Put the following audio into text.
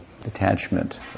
detachment